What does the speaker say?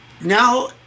Now